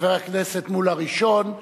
חבר הכנסת מולה ראשון,